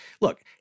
look